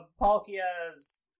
Palkia's